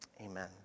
amen